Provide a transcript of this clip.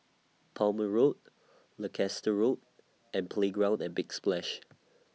Palmer Road Leicester Road and Playground At Big Splash